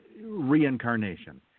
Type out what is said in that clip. reincarnation